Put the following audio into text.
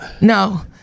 No